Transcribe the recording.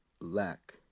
lack